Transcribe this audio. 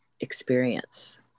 experience